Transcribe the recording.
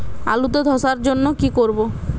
আলুতে ধসার জন্য কি করব?